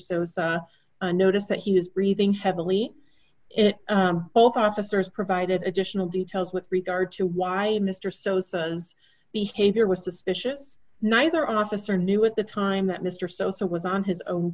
sosa and noticed that he was breathing heavily it both officers provided additional details with regard to why mr so says behavior was suspicious neither officer knew at the time that mr sosa was on his own